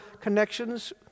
connections